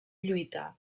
lluita